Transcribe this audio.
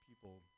people